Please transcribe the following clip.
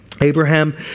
Abraham